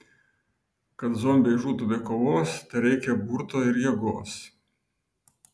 kad zombiai žūtų be kovos tereikia burto ir jėgos